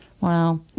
Wow